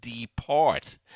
depart